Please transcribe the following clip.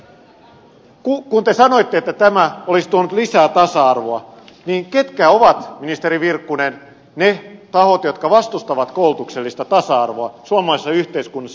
kun te sanoitte että tämä olisi tuonut lisää tasa arvoa niin ketkä ovat ministeri virkkunen ne tahot jotka vastustavat koulutuksellista tasa arvoa suomalaisessa yhteiskunnassa